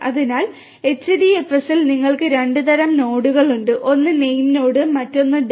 അതിനാൽ HDFS ൽ നിങ്ങൾക്ക് 2 തരം നോഡുകൾ ഉണ്ട് ഒന്ന് Namenode മറ്റൊന്ന് Datanode